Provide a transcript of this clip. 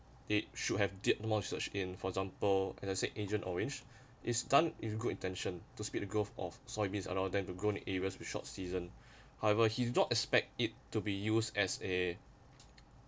they should have did more such in for example as i said agent orange is done in good intention to speed the growth of soybeans allow them to grown areas with short season however he did not expect it to be used as a